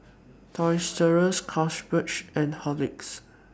Toys Rus Carlsberg and Horlicks